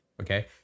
Okay